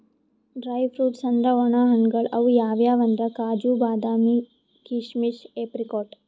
dry fruits ಅಂದ್ರ ವಣ ಹಣ್ಣ್ಗಳ್ ಅವ್ ಯಾವ್ಯಾವ್ ಅಂದ್ರ್ ಕಾಜು, ಬಾದಾಮಿ, ಕೀಶಮಿಶ್, ಏಪ್ರಿಕಾಟ್